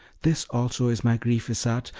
this also is my grief, isarte,